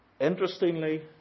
Interestingly